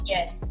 Yes